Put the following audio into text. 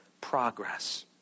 Progress